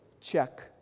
Check